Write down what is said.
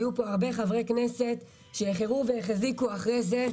היו פה הרבה חברי כנסת שהחרו החזיקו אחרי זה,